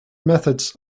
methods